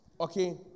okay